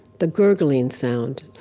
the gurgling sound,